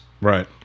Right